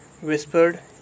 whispered